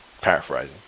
paraphrasing